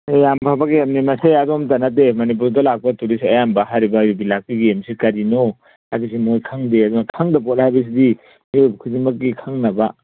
ꯌꯥꯝ ꯐꯕ ꯒꯦꯝꯅꯤ ꯃꯁꯤ ꯑꯗꯣꯝꯗ ꯅꯠꯇꯦ ꯃꯅꯤꯄꯨꯔꯗ ꯂꯥꯛꯄ ꯇꯨꯔꯤꯁ ꯑꯌꯥꯝꯕ ꯍꯥꯏꯔꯤꯕ ꯌꯨꯕꯤ ꯂꯥꯛꯄꯤ ꯒꯦꯝꯁꯤ ꯀꯔꯤꯅꯣ ꯍꯥꯏꯕꯁꯤ ꯃꯣꯏ ꯈꯪꯗꯦ ꯑꯗꯨꯅ ꯈꯪꯗꯕ ꯄꯣꯠ ꯍꯥꯏꯕꯁꯤꯗꯤ ꯃꯤꯑꯣꯏꯕ ꯈꯨꯗꯤꯡꯃꯛꯀꯤ ꯈꯪꯅꯕ